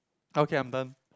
okay I'm done